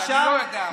אני לא יודע.